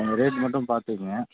கொஞ்சம் ரேட் மட்டும் பார்த்துக்கங்க